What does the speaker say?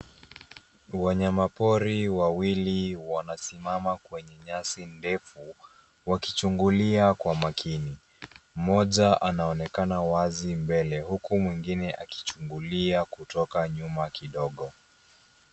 Wanyama pori wawili wanasimama kwenye nyasi ndefu wakichungulia kwa makini. Mmoja anaonekana wazi mbele huku mwingine akichungulia kutoka nyuma kidogo.